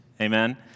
Amen